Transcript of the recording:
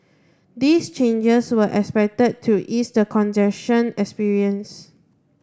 these changes were expected to ease the congestion experienced